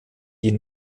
die